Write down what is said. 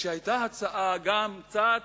והיתה הצעה גם קצת